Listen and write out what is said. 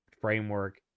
framework